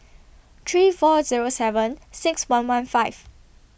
three four Zero seven six one one five